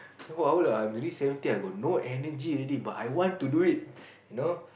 !wow! lah I'm already seventy I got no energy already but I want to do it you know